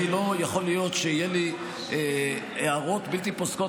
לא יכול להיות שיהיו לי הערות בלתי פוסקות